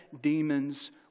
demons